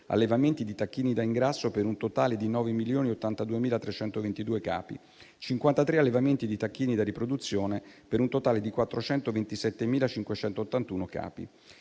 allevamenti di tacchini da ingrasso, per un totale di 9.082.322 capi, e 53 allevamenti di tacchini da riproduzione, per un totale di 427.581 capi.